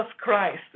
Christ